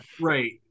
right